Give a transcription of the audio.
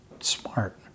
smart